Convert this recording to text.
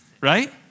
right